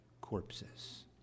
corpses